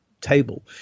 table